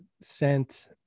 sent